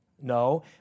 No